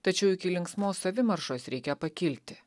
tačiau iki linksmos savimaršos reikia pakilti